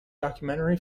documentary